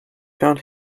found